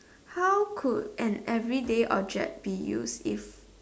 how could an everyday be use if